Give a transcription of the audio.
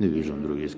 Не виждам.